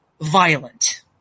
violent